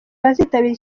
abazitabira